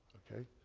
ok?